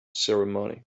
ceremony